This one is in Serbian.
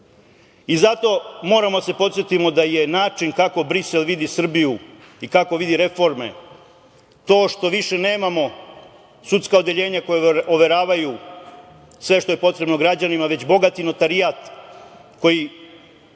moramo da se podsetimo da je način kako Brisel vidi Srbiju i kako vidi reforme, to što više nemamo sudska odeljenja koje overavaju sve što je potrebno građanima, već bogati notarijat koji